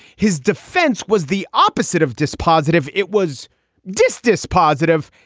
his defense was the opposite of dispositive. it was just dispositive.